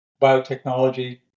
biotechnology